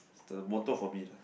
is the moto for me lah